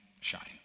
shine